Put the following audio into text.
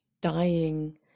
dying